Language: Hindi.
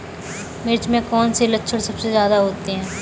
मिर्च में कौन से लक्षण सबसे ज्यादा होते हैं?